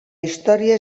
història